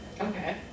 Okay